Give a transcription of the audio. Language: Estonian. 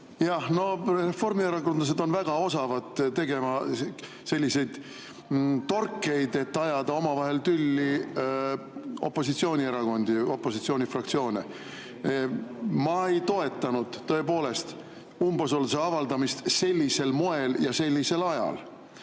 Reformierakondlased on väga osavad tegema selliseid torkeid, et ajada omavahel tülli opositsioonierakondi, opositsioonifraktsioone. Ma tõepoolest ei toetanud umbusalduse avaldamist sellisel moel ja sellisel ajal,